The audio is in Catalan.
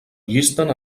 llisten